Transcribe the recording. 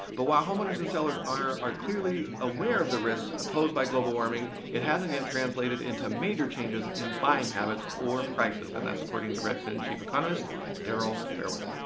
but while homeowners and sellers are clearly aware of the risks posed by global warming, it hasn't yet translated into major changes in buying habits or prices. and that's according to redfin chief economist darryl fairweather.